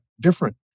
different